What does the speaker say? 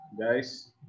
guys